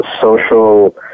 social